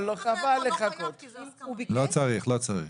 פה אחד, 3. מי נגד?